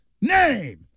name